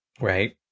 Right